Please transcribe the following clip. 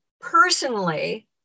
personally